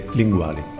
linguali